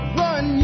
run